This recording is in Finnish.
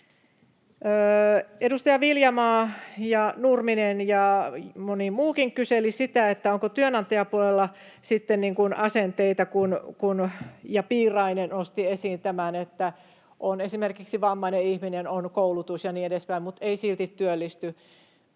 edustajat Viljanen ja Nurminen ja moni muukin kyselivät siitä, onko työnantajapuolella sitten asenteita, ja Piirainen nosti esiin tämän, että on esimerkiksi vammainen ihminen, on koulutus ja niin edespäin, mutta ei silti työllisty.